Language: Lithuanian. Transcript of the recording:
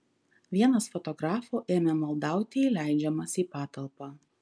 vienas fotografų ėmė maldauti įleidžiamas į patalpą